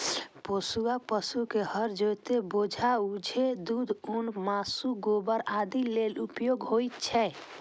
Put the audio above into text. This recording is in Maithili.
पोसुआ पशु के हर जोतय, बोझा उघै, दूध, ऊन, मासु, गोबर आदि लेल उपयोग होइ छै